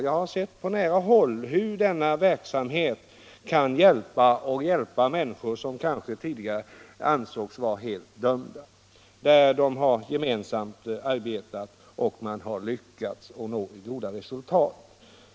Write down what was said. Jag har på nära håll sett hur denna verksamhet kan hjälpa människor som tidigare kanske ansågs vara dömda att gå under. Man har där arbetat gemensamt och lyckats nå goda resultat.